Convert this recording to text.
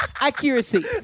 accuracy